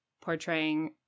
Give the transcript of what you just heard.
portraying